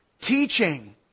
teaching